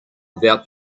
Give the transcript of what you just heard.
without